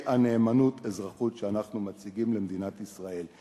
הנאמנות-אזרחות שאנחנו מציגים למדינת ישראל.